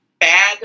bad